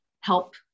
help